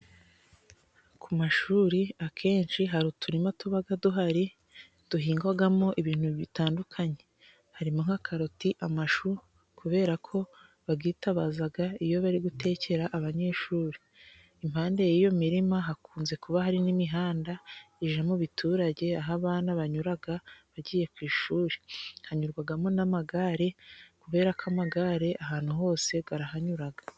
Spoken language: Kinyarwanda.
Ku mashuri akenshi hari uturima tuba duhari, duhingwamo ibintu bitandukanye harimo nka karoti, amashu, kubera ko babyitabaza iyo bari gutekera abanyeshuri. Impande y'iyo mirima hakunze kuba hari n'imihanda ijya mu biturage aho abana banyura bagiye ku ishuri, hanyurwamo n'amagare kubera ko amagare ahantu hose ararahanyura.